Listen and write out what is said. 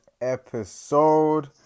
episode